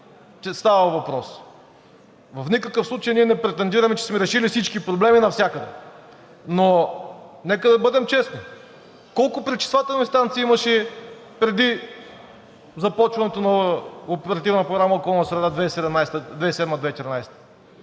става въпрос. В никакъв случай ние не претендираме, че сме решили всички проблеми навсякъде, но нека да бъдем честни: колко пречиствателни станции имаше преди започването на Оперативна